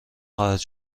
خواهد